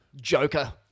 Joker